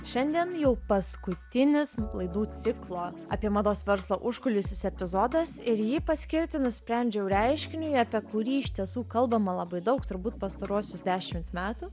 šiandien jau paskutinis laidų ciklo apie mados verslo užkulisius epizodas ir jį paskirti nusprendžiau reiškiniui apie kurį iš tiesų kalbama labai daug turbūt pastaruosius dešimt metų